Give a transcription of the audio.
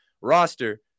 roster